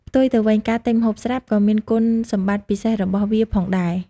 ផ្ទុយទៅវិញ ការទិញម្ហូបស្រាប់ក៏មានគុណសម្បត្តិពិសេសរបស់វាផងដែរ។